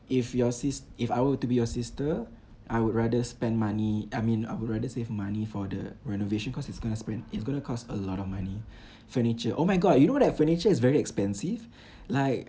if your sis~ if I were to be your sister I would rather spend money I mean I would rather save money for the renovation cause it's gonna spend it's gonna cost a lot of money furniture oh my god you know that furniture is very expensive like